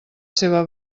seva